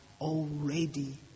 already